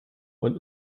man